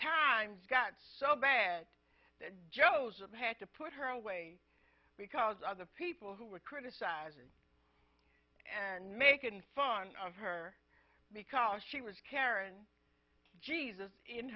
times got so bad that joe's with had to put her away because other people who were criticizing and making fun of her because she was karen jesus in